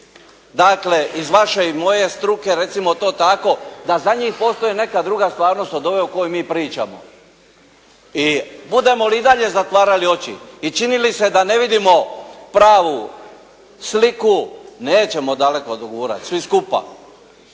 Dakle, iz vaše i moje struke, recimo to tako, da za njih postoji neka druga stvarnost o kojoj mi pričamo. I budemo li i dalje zatvarali oči i činili se da ne vidimo pravu sliku, nećemo daleko dogurati svi skupa.